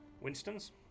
Winston's